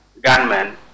gunmen